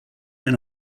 and